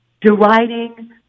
deriding